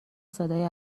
صدای